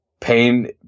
pain